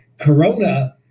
Corona